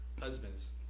husbands